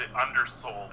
undersold